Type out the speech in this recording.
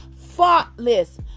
faultless